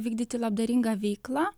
vykdyti labdaringą veiklą